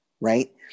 right